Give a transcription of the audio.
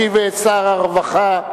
ישיב שר הרווחה.